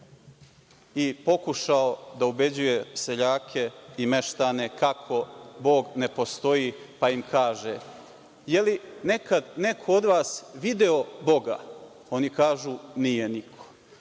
i pokušao da ubeđuje seljake i meštane kako Bog ne postoji, pa im kaže – jeli nekada neko od vas video Boga? Oni kažu – nije niko.